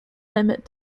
limit